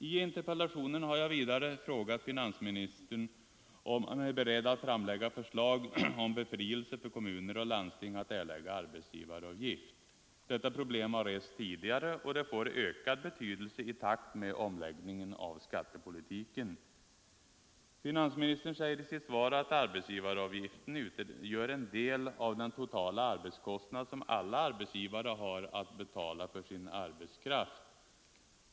I interpellationen har jag vidare frågat om finansministern är beredd att framlägga förslag om befrielse för kommuner och landsting att erlägga arbetsgivaravgift. Detta problem har rests tidigare, och det får ökad be Nr 132 tydelse i takt med omläggningen av skattepolitiken. Måndagen den Finansministern säger i sitt svar att arbetsgivaravgiften utgör en del 2 december 1974 av den totala arbetskostnad som alla arbetsgivare har att betala för sin arbetskraft.